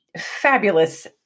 fabulous